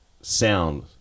sound